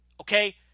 Okay